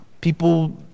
People